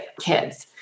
kids